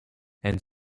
and